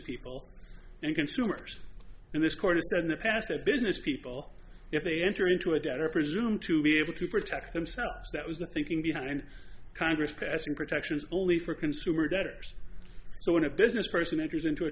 people and consumers in this quarter so in the past that business people if they enter into a debt are presumed to be able to protect themselves that was the thinking behind congress passing protections only for consumer debtors so when a business person enters into a